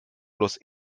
los